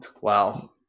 Wow